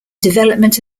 development